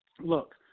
Look